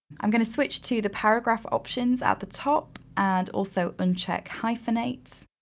i'm gonna switch to the paragraph options at the top and also uncheck hyphenate.